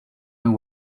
and